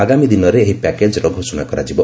ଆଗାମୀ ଦିନରେ ଏହି ପ୍ୟାକେଜର ଘୋଷଣା କରାଯିବ